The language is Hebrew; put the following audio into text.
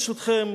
ברשותכם,